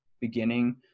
beginning